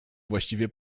właściwie